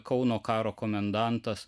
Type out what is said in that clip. kauno karo komendantas